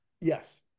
Yes